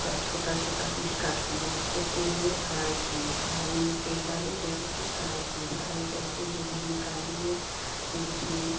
क छोटा छोटा पिस काट लिए उसको तेल में फराई किये कढ़ाई में तेल डाले डाल के फ्राई किये फ्राई करके गोभी निकाल लिए फिर उसमे